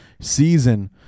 season